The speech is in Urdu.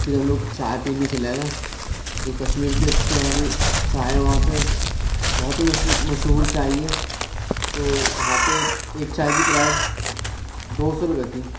پھر ہم لوگ چائے پینے چلے گئے جو کشمیر کی اچھی خاصی چائے ہے وہاں پہ بہت ہی مشہور چائے ہے تو وہاں پہ ایک ایک چائے کی پرائز دو سو روپے تھی